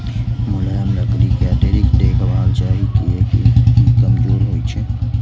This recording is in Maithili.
मुलायम लकड़ी कें अतिरिक्त देखभाल चाही, कियैकि ई कमजोर होइ छै